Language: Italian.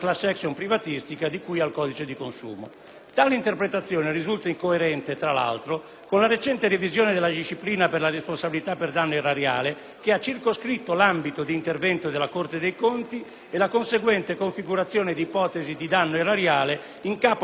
Tale interpretazione risulta coerente, tra l'altro, con la recente revisione della disciplina per la responsabilità per danno erariale che ha circoscritto l'ambito di intervento della Corte dei conti e la conseguente configurazione di ipotesi di danno erariale in capo agli amministratori delle pubbliche amministrazioni e delle società